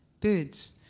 birds